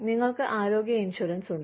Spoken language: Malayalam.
നിങ്ങൾക്ക് ആരോഗ്യ ഇൻഷുറൻസ് ഉണ്ട്